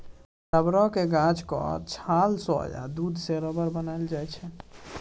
रबरक गाछक छाल सँ या दुध सँ रबर बनाएल जाइ छै